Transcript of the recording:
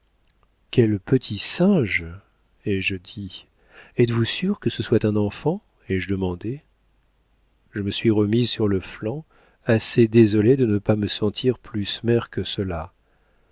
petit singe ai-je dit êtes-vous sûrs que ce soit un enfant ai-je demandé je me suis remise sur le flanc assez désolée de ne pas me sentir plus mère que cela